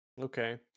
okay